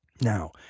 Now